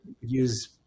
use